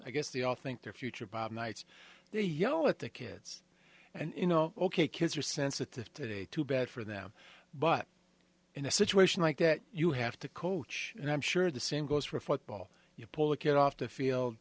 i guess the off think their future bob knight's yell at the kids and you know ok kids are sensitive today too bad for them but in a situation like that you have to coach and i'm sure the same goes for football you pull a kid off the field